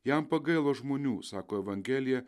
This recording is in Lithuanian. jam pagailo žmonių sako evangelija